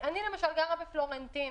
אני למשל גרה בפלורנטין,